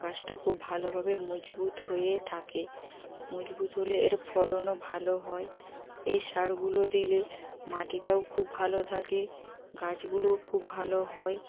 গাছটা খুব ভালোভাবে মজবুত হয়ে থাকে মজবুত হলে এর ফলনও ভালো হয় এই সারগুলো দিলে মাটিটাও খুব ভালো থাকে গাছগুলোও খুব ভালো হয়